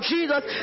Jesus